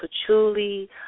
patchouli